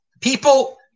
people